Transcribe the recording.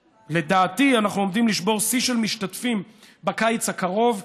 לדעתי אנחנו עומדים לשבור שיא של משתתפים בקיץ הקרוב,